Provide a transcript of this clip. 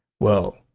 well,